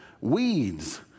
weeds